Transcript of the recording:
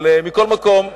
אבל מכל מקום,